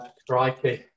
striking